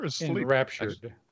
enraptured